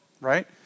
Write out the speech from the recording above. Right